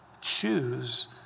Choose